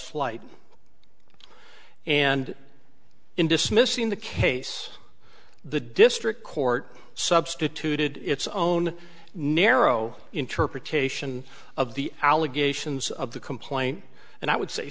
false light and in dismissing the case the district court substituted its own narrow interpretation of the allegations of the complaint and i would say